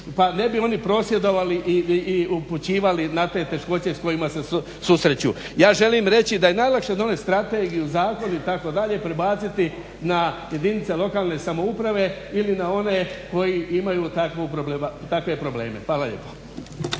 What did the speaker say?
Pa ne bi oni prosvjedovali i upućivali na te teškoće s kojima se susreću. Ja želim reći da je najlakše donijeti strategiju, zakon itd. i prebaciti na jedinice lokalne samouprave ili na one kojim imaju takvu problematiku,